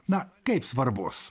na kaip svarbus